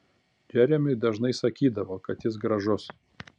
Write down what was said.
džeremiui dažnai sakydavo kad jis gražus